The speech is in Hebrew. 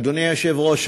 אדוני היושב-ראש,